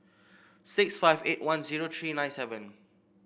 six five eight one zero three nine seven